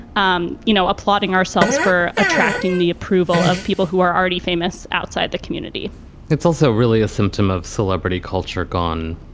um you know, applauding ourselves for attracting the approval of people who are already famous outside the community it's also really a symptom of celebrity culture gone.